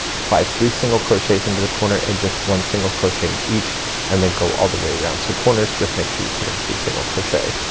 apply three single crochets into the corner and just one single crochet in each and then go all the way around. so corners just make sure you put in three single crochet.